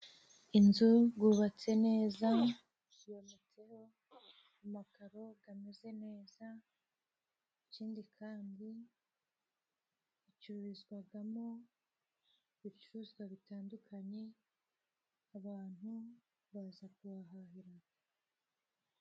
Inzu gubatse neza yometseho amakaro gameze neza ikindi kandi icurizwagamo ibicuruzwa bitandukanye abantu baza kuhahira.